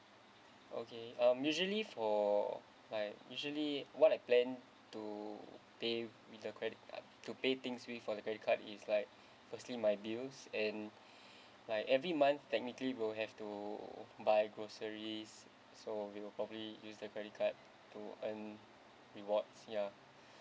okay um usually for like usually what I plan to pay with the credit card to pay things with for the credit card is like firstly my bills and like every month technically we'll have to buy groceries so we will probably use the credit card to earn rewards ya